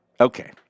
Okay